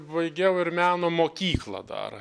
baigiau ir meno mokyklą dar